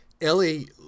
Ellie